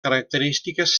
característiques